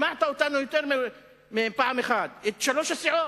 שמעת אותנו יותר מפעם אחת, את שלוש הסיעות.